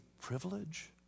privilege